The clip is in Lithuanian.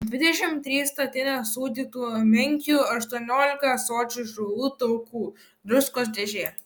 dvidešimt trys statinės sūdytų menkių aštuoniolika ąsočių žuvų taukų druskos dėžė